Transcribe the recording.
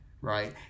right